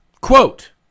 Quote